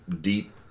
deep